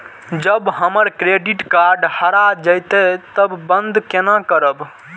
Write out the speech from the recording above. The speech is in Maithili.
जब हमर क्रेडिट कार्ड हरा जयते तब बंद केना करब?